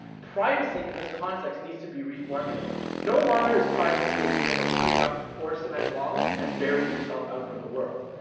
privacy in this context needs to be reformulated. no longer is privacy the idea of putting up four cement walls and burying yourself out from the world.